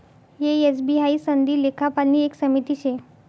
ए, S, B हाई सनदी लेखापालनी एक समिती शे